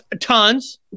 tons